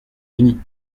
unis